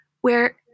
where-